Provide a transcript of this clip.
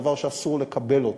דבר שאסור לקבל אותו.